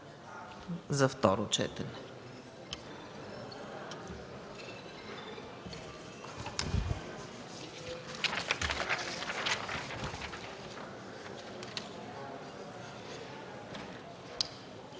за второ четене.